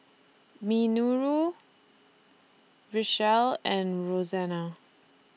Minoru Richelle and Roxana